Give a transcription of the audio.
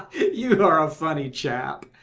you are a funny chap.